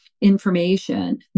information